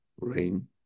Rain